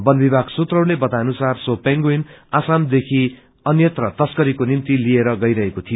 बन विभाग सूत्रहरूले बताएअनुसार सो पेन्गुइन असम देखि अन्यंत्र तश्करीको निम्ति लिइएर गैरहेको थियो